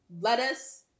lettuce